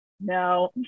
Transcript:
No